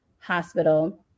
hospital